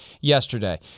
yesterday